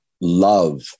Love